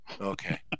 Okay